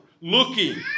Looking